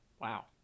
Wow